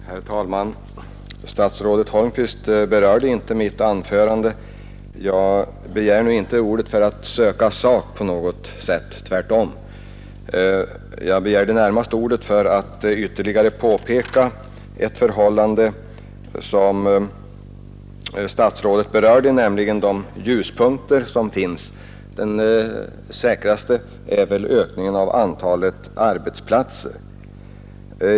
Herr talman! Statsrådet Holmqvist berörde inte mitt anförande. Jag begärde nu inte ordet för att på något sätt söka sak, tvärtom. Närmast var det för att ytterligare påpeka ett förhållande som statsrådet Holmqvist inte berörde.